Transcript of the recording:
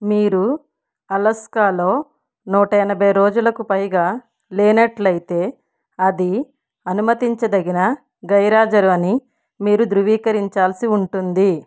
మీరు అలాస్కాలో నూట ఎనభై రోజులకు పైగా లేనట్లయితే అది అనుమతించదగిన గైర్హాజరు అని మీరు ధృవీకరించాల్సి ఉంటుంది